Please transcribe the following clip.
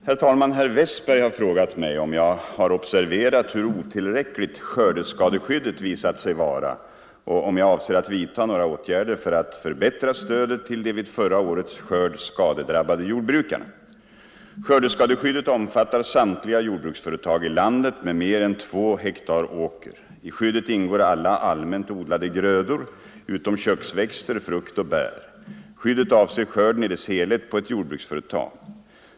Herr talman! Herr Westberg i Ljusdal har frågat mig om jag har observerat hur otillräckligt skördeskadeskyddet visat sig vara och om jag avser att vidta några åtgärder för att förbättra stödet till de vid förra årets skörd skadedrabbade jordbrukarna. Skördeskadeskyddet omfattar samtliga jordbruksföretag i landet med mer än 2 ha åker. I skyddet ingår alla allmänt odlade grödor utom köksväxter, frukt och bär. Skyddet avser skörden i dess helhet på ett jordbruksföretag.